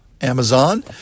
Amazon